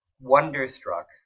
wonderstruck